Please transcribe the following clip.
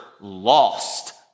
lost